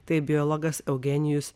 tai biologas eugenijus